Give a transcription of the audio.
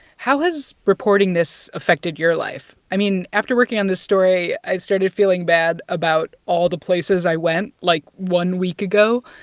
how has reporting this affected your life? i mean, after working on this story, i've started feeling bad about all the places i went, like, one week ago.